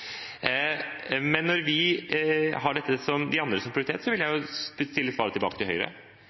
Men når vi har dette som en annerledes prioritet, vil jeg spørre tilbake til Høyre: